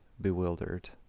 bewildered